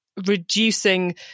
reducing